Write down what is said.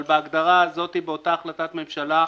אבל בהגדרה הזאת, באותה החלטת ממשלה,